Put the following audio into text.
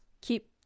keep